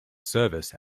service